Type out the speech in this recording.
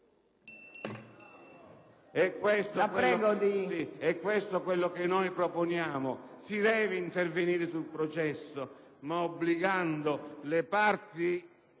Questo è quello che proponiamo: si deve intervenire sul processo, ma obbligando le parti